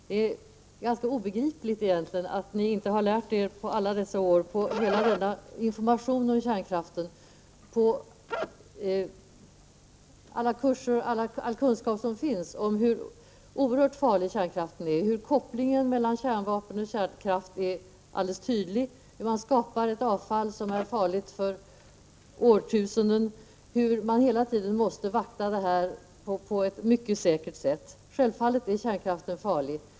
Det är egentligen ganska obegripligt att ni inte under alla dessa år genom all den information och all den kunskap om kärnkraften som finns att tillgå har lärt er hur oerhört farlig kärnkraften är, hur tydlig kopplingen mellan kärnvapen och kärnkraft är, hur man skapar ett avfall som är farligt årtusenden framöver och hur man hela tiden tvingas kontrollera att kärnkraftstillverkningen sker på ett säkert sätt. Självfallet är kärnkraften farlig.